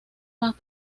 más